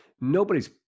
nobody's